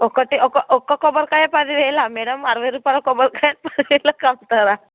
ఒకటి ఒక ఒక కొబ్బరికాయ పదివేల మ్యాడమ్ అరవై రూపాయాల కొబ్బరికాయ పదివేలకు అమ్ముతారా